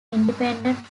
independent